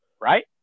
right